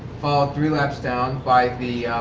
followed three laps down by the